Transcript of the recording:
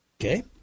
okay